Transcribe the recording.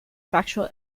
factual